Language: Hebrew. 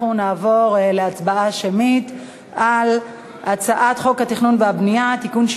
אנחנו נעבור להצבעה שמית על הצעת חוק התכנון והבנייה (תיקון,